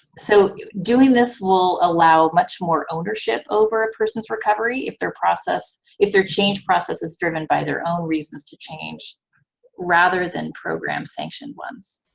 so doing this will allow much more ownership over a person's recovery if their process, if their change process is driven by their own reasons to change rather than program-sanctioned ones.